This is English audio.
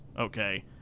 okay